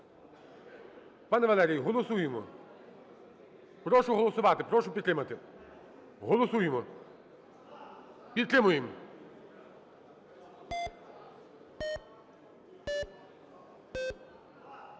Пане Валерію, голосуємо. Прошу голосувати, прошу підтримати. Голосуємо, підтримуємо!